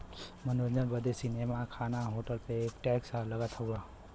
मनोरंजन बदे सीनेमा, खाना, होटलो पे टैक्स लगत हउए